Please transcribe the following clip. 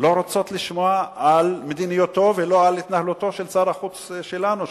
לא רוצה לשמוע על מדיניותו ולא על התנהלותו של שר החוץ שלנו,